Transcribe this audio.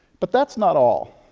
but that's not all.